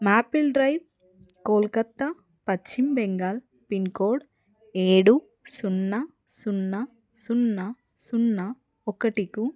maple drive Kolkata Paschim Bengal pincode ఏడు సున్నా సున్నా సున్నా సున్నా ఒకటికు